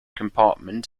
compartment